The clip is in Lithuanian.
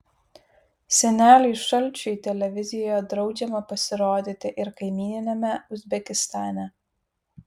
seneliui šalčiui televizijoje draudžiama pasirodyti ir kaimyniniame uzbekistane